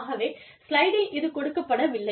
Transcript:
ஆகவே ஸ்லைடில் இது கொடுக்கப்பட வில்லை